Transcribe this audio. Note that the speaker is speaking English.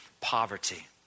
poverty